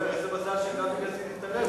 הסדר בזירה הסורית יתבסס על החזרת הגולן לסוריה,